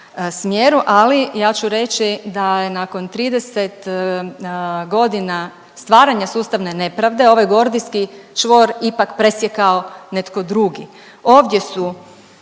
ali ja ću reći da je nakon 30 godina stvaranja sustavne nepravde ovaj gordijski čvor ipak presjekao netko drugi. Ovdje su